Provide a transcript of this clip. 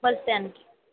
bus stand కి